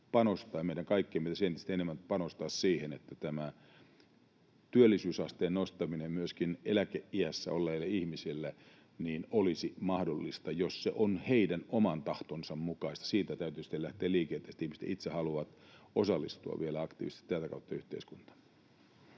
meidän kaikkien pitäisi entistä enemmän panostaa siihen, että tämä työllisyysasteen nostaminen myöskin eläkeiässä oleville ihmisille olisi mahdollista, jos se on heidän oman tahtonsa mukaista. Siitä täytyy tietysti lähteä liikenteeseen, että ihmiset itse haluavat osallistua vielä aktiivisesti tätä kautta yhteiskuntaan.